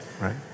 right